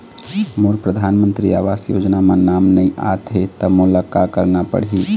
मोर परधानमंतरी आवास योजना म नाम नई आत हे त मोला का करना पड़ही?